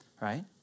right